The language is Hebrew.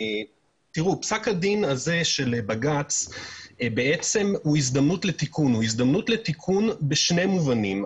פסק הדין של בג"ץ הוא הזדמנות לתיקון בשני מובנים: